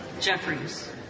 Jeffries